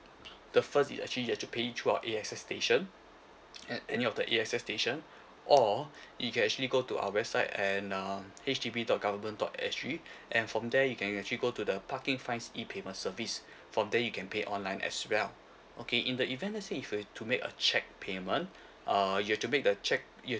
the first is actually you have to pay it throughout A_X_S station at any of the A_X_S station or you can actually go to our website and um H D B dot government dot S_G and from there you can actually go to the parking fines E payment service from there you can pay online as well okay in the event let say if you were to make a cheque payment uh you have to make the cheque you have